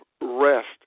rest